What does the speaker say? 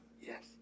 Yes